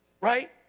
Right